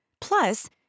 Plus